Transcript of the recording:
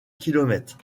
kilomètres